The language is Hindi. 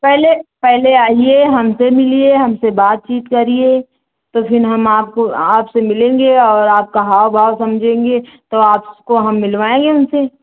पहले पहले आइए हमसे मिलिए हमसे बातचीत करिए तो फिर हम आपको आपसे मिलेंगे और आपका हाव भाव समझेंगे तो आपको हम मिलवाएँगे उनसे